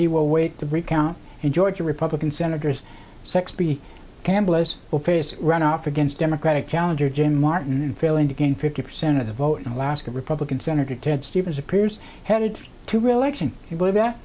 he will wait the recount in georgia republican senators sex be campbell as well face runoff against democratic challenger jim martin and failing to gain fifty percent of the vote in alaska republican senator ted stevens appears headed to real action if you believe